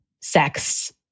sex